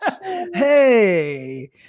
Hey